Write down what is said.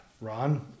Ron